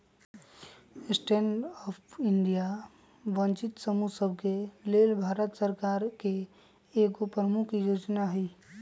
stand up India वंचित समूह सभके लेल भारत सरकार के एगो प्रमुख जोजना हइ